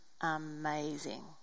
amazing